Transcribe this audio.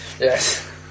yes